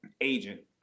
agent